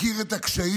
מכיר את הקשיים,